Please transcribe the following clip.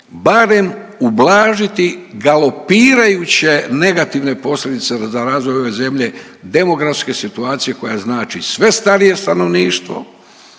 barem ublažiti galopirajuće negativne posljedice za razvoj ove zemlje, demografske situacije koja znači sve starije stanovništvo,